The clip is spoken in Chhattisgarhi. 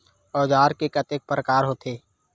औजार के कतेक प्रकार होथे?